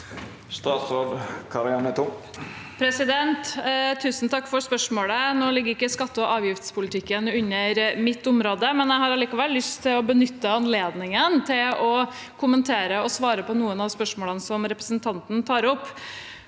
Tusen takk for spørsmålet. Nå ligger ikke skatte- og avgiftspolitikken under mitt område, men jeg har allikevel lyst til å benytte anledningen til å kommentere og svare på noen av spørsmålene som representanten tar opp.